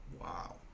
Wow